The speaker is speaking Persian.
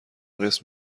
قسط